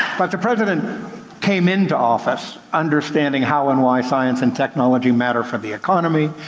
but the president came into office understanding how and why science and technology matter for the economy,